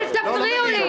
קרעי, אל תפריע לי.